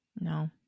No